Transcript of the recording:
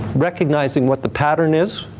recognizing what the pattern is.